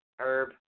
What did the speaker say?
Herb